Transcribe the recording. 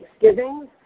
Thanksgiving